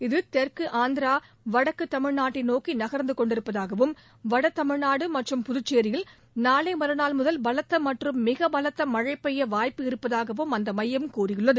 இது தெற்கு ஆந்திரா வடக்கு தமிழ்நாட்டை நோக்கி நகர்ந்து கொண்டிருப்பதாகவும் வடக தமிழ்நாடு மற்றும் புதுச்சேரியில் நாளை மறுநாள் முதல் பலத்த மற்றும் மிக பலத்த மழை பெய்ய வாய்ப்பிருப்பதாகவும் அந்த மையம் தெரிவித்துள்ளது